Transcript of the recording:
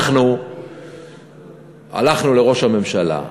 אנחנו הלכנו לראש הממשלה,